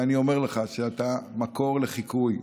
ואני אומר לך שאתה מקור לחיקוי,